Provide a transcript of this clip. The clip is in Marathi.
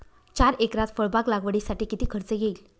चार एकरात फळबाग लागवडीसाठी किती खर्च येईल?